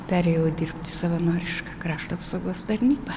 perėjau dirbt į savanorišką krašto apsaugos tarnybą